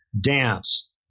dance